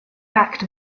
backed